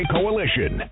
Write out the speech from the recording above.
Coalition